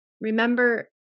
Remember